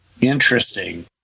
Interesting